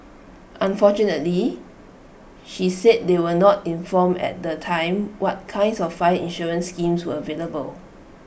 unfortunately she said they were not informed at the time what kinds of fire insurance schemes were available